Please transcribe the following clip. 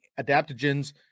adaptogens